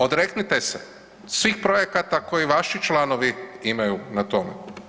Odreknite se svih projekata koje vaši članovi imaju na tome.